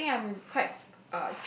I think I'm quite